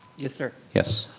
yes sir. yes.